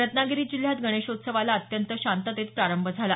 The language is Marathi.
रत्नागिरी जिल्ह्यात गणेशोत्सवाला अत्यंत शांततेत प्रारंभ झाला